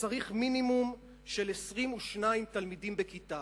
וצריך מינימום של 22 תלמידים בכיתה,